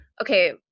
Okay